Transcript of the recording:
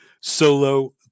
Solo